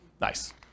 Nice